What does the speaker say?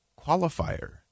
qualifier